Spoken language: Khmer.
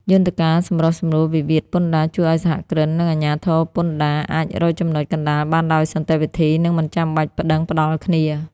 យន្តការសម្រុះសម្រួលវិវាទពន្ធដារ ជួយឱ្យសហគ្រិន និងអាជ្ញាធរពន្ធដារអាចរកចំណុចកណ្ដាលបានដោយសន្តិវិធី និងមិនចាំបាច់ប្ដឹងផ្ដល់គ្នា។